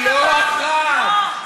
לא אחת.